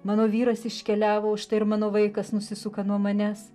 mano vyras iškeliavo už tai ir mano vaikas nusisuka nuo manęs